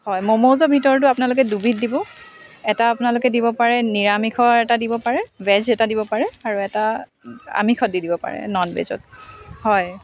হয় মমোজৰ ভিতৰতো আপোনালোকে দুবিধ দিব এটা আপোনালোকে দিব পাৰে নিৰামিষৰ এটা দিব পাৰে ভেজ এটা দিব পাৰে আৰু এটা আমিষত দি দিব পাৰে নন ভেজত হয়